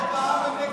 רוב העם נגדך.